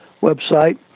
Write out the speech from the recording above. website